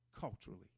culturally